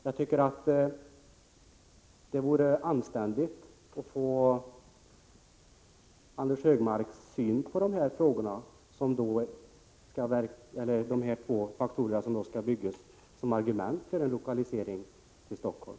Jag tycker att det är ett anständigt krav att få Anders Högmarks syn på de här två faktorerna, som utgör argumenten för en lokalisering till Stockholm.